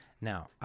now